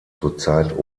zurzeit